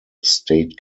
state